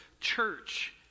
church